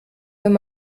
wenn